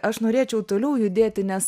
aš norėčiau toliau judėti nes